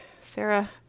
Sarah